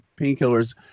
painkillers